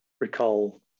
recall